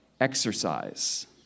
exercise